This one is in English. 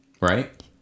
right